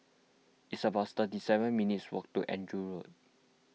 it's about thirty seven minutes' walk to Andrew Road